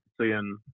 seeing